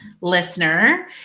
listener